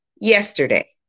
yesterday